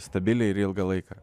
stabiliai ir ilgą laiką